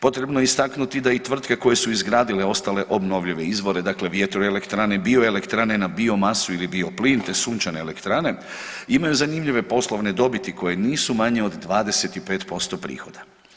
Potrebno je istaknuti da i tvrtke koje su izgradile ostale obnovljive izvore, dakle vjetroelektrane, bioelektrane na biomasu ili bioplin te sunčane elektrane imaju zanimljive poslovne dobiti koje nisu manje od 25% prihoda.